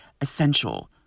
essential